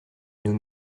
nous